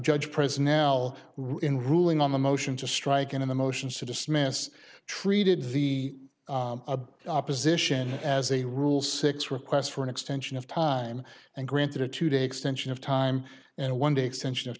judge pres now in ruling on the motion to strike and in the motions to dismiss treated the opposition as a rule six requests for an extension of time and granted a two day extension of time and a one day extension of